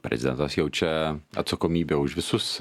prezidentas jaučia atsakomybę už visus